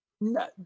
No